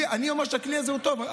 אני אומר שהכלי הזה הוא טוב.